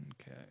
Okay